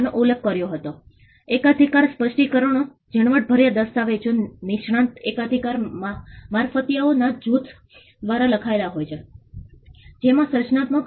તેથી 2005 માં તે એક મીઠી નદી હતી અને આ એક રસ્તો છે અને પૂર આવું ધીરે ધીરે આવ્યો અને પછી તે 8 ની આસપાસ હતું